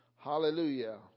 Hallelujah